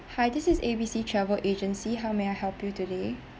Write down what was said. hi this is A B C travel agency how may I help you today